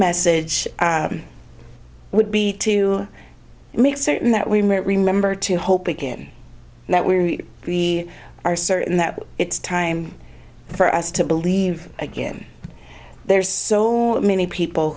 message would be to make certain that we met remember to hope again that we are we are certain that it's time for us to believe again there's so many people